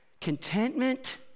contentment